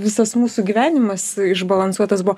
visas mūsų gyvenimas išbalansuotas buvo